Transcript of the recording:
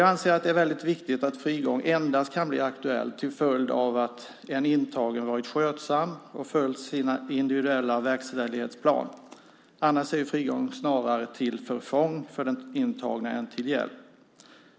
Jag anser att det är väldigt viktigt att frigång endast kan bli aktuell till följd av att en intagen varit skötsam och följt sin individuella verkställighetsplan, för annars är frigång snarare till förfång för den intagne än till hjälp.